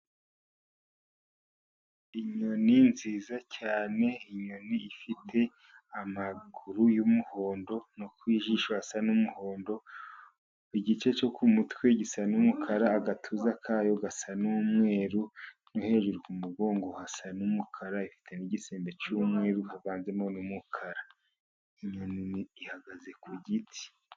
Inyoni nziza cyane, inyoni ifite amaguru y'umuhondo no ku jisho hasa n'umuhondo, igice cyo ku mutwe gisa n'umukara, agatuza kayo gasa n'umweru. No hejuru ku mugongo hasa n'umukara. Ifite n'igisembe cy'umweru uvanzemo n'umukara. Inyoni ihagaze ku giti.